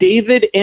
David